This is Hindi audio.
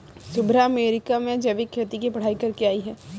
शुभ्रा अमेरिका से जैविक खेती की पढ़ाई करके आई है